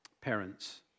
Parents